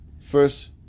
first